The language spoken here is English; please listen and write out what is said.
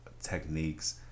techniques